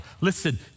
Listen